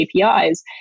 APIs